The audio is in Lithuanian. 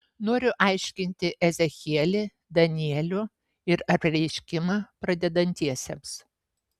noriu aiškinti ezechielį danielių ir apreiškimą pradedantiesiems